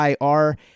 IR